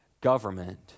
government